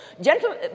Gentle